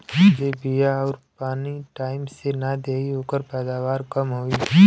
जे बिया आउर पानी टाइम से नाई देई ओकर पैदावार कम होई